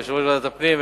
יושב-ראש ועדת הפנים,